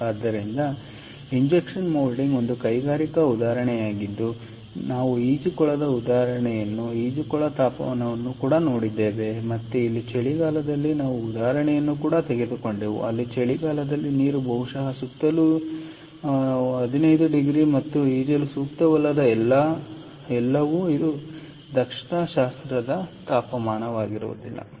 ಆದ್ದರಿಂದ injection moulding ಒಂದು ಕೈಗಾರಿಕಾ ಉದಾಹರಣೆಯಾಗಿದ್ದು ನಾವು ಈಜುಕೊಳದ ಉದಾಹರಣೆಯನ್ನು ಈಜುಕೊಳ ತಾಪನವನ್ನು ನೋಡಿದ್ದೇವೆ ಮತ್ತೆ ಇಲ್ಲಿ ಚಳಿಗಾಲದಲ್ಲಿ ನಾವು ಒಂದು ಉದಾಹರಣೆಯನ್ನು ತೆಗೆದುಕೊಂಡೆವು ಅಲ್ಲಿ ಚಳಿಗಾಲದಲ್ಲಿ ನೀರು ಬಹುಶಃ ಸುತ್ತಲೂ ಇರಲಿ 15ಡಿಗ್ರಿC ಮತ್ತು ಈಜಲು ಸೂಕ್ತವಲ್ಲದ ಎಲ್ಲವೂ ಇದು ದಕ್ಷತಾಶಾಸ್ತ್ರದ ತಾಪಮಾನವಲ್ಲ